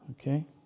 Okay